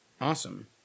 Awesome